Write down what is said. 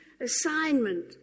assignment